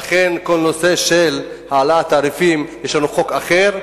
ולכן לכל הנושא של העלאת התעריפים יש חוק אחר,